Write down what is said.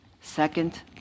second